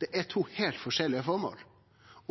Det er to heilt forskjellige føremål.